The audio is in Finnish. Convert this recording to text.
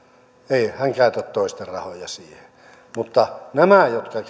ei hän käytä toisten rahoja siihen mutta näiden jotka